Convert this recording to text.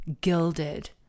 gilded